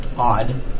odd